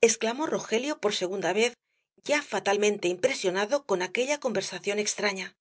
exclamó rogelio por segunda vez ya fatalmente impresionado con aquella conversación extraña